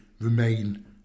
remain